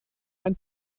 ein